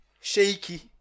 shaky